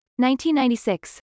1996